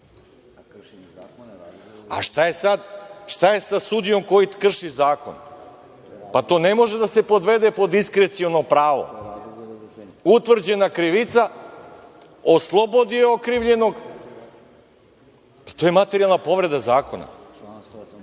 je sa sudijom koji krši zakon? To ne može da se podvede pod diskreciono pravo. Utvrđena krivica, oslobodi okrivljenog i to je materijalna povreda zakona.